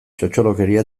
txotxolokeria